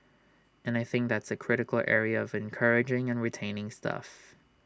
and I think that's A critical area of encouraging and retaining staff